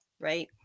right